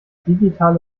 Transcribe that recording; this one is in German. digitale